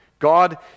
God